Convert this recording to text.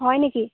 হয় নেকি